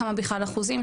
כמה בכלל אחוזים,